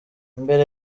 imbere